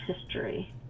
history